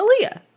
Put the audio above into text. Aaliyah